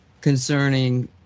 concerning